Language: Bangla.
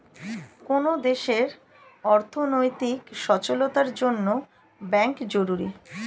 কোন দেশের অর্থনৈতিক সচলতার জন্যে ব্যাঙ্ক জরুরি